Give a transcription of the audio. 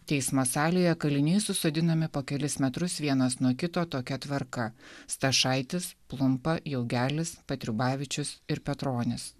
teismo salėje kaliniai susodinami po kelis metrus vienas nuo kito tokia tvarka stašaitis plumpa jaugelis patriubavičius ir petronis